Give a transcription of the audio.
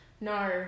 No